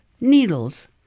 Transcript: needles